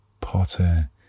Potter